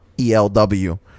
elw